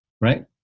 Right